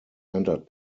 entered